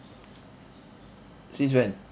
since when